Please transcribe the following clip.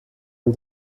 een